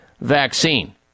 vaccine